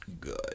good